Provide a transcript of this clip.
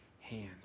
hand